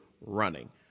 running